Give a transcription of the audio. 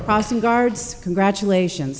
crossing guards congratulations